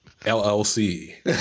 LLC